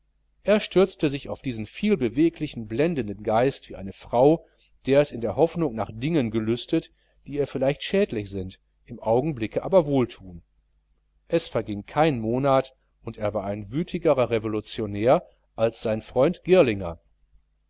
er stürzte sich auf diesen vielbeweglichen blendenden geist wie eine frau der es in der hoffnung nach dingen gelüstet die ihr vielleicht schädlich sind im augenblicke aber wohlthun es verging kein monat und er war ein wütigerer revolutionär als sein freund girlinger